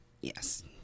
Yes